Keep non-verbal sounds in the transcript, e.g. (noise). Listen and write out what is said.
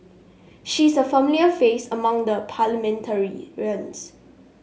she is a familiar face among the (unintelligible)